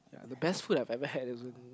ya the best food I ever had is when